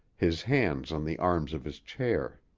his hands on the arms of his chair.